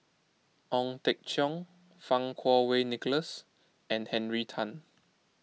Ong Teng Cheong Fang Kuo Wei Nicholas and Henry Tan